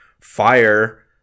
fire